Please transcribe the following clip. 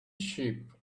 sheep